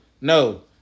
No